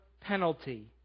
penalty